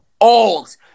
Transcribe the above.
old